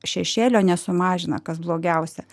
šešėlio nesumažina kas blogiausia